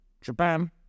Japan